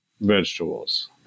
vegetables